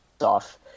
off